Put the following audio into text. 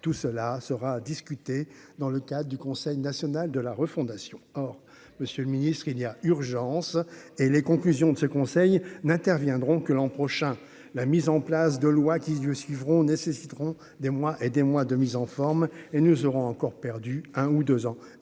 tout cela sera discuté dans le cadre du Conseil national de la refondation or monsieur le ministre, il y a urgence, et les conclusions de ce conseil n'interviendront que l'an prochain, la mise en place de loi qui Dieu suivront nécessiteront des mois et des mois de mise en forme et nous aurons encore perdu un ou 2 ans,